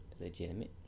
legitimate